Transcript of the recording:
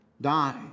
die